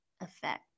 effect